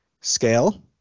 scale